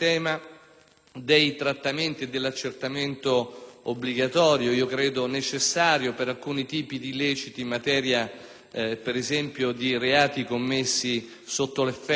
obbligatorio, che io reputo necessario per alcuni tipi di illeciti in materia ad esempio di reati commessi sotto l'effetto e l'intossicazione di sostanze alcoliche,